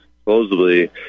supposedly